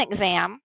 exam